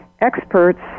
Experts